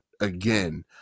again